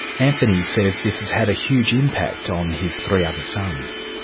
anthony says this has had a huge impact on his three other sons.